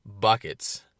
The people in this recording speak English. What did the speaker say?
buckets